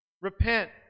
Repent